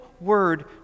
word